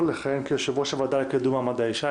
לכהן כיושב-ראש הוועדה לקידום מעמד האישה,